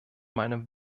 meinem